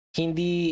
hindi